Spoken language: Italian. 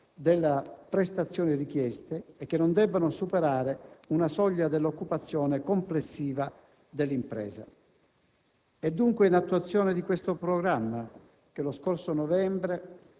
delle prestazioni richieste e che non debbano superare una soglia dell'occupazione complessiva dell'impresa." È, dunque, in attuazione di questo programma che lo scorso novembre